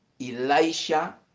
Elisha